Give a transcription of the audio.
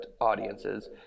audiences